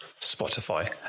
Spotify